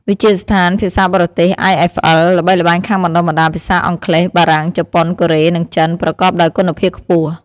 វិទ្យាស្ថានភាសាបរទេស IFL ល្បីល្បាញខាងបណ្តុះបណ្តាលភាសាអង់គ្លេស បារាំង ជប៉ុន កូរ៉េ និងចិន ប្រកបដោយគុណភាពខ្ពស់។